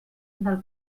del